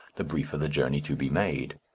the briefer the journey to be made.